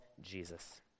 Jesus